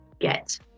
Get